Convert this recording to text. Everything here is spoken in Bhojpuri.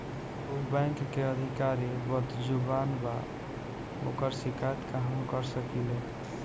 उ बैंक के अधिकारी बद्जुबान बा ओकर शिकायत कहवाँ कर सकी ले